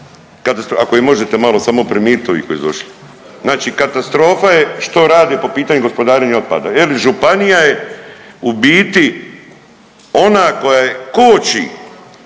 Ako ih možete samo primirit ovi koji su došli. Znači katastrofa je što rade po pitanju gospodarenja otpada jel u županija je u biti ona koja koči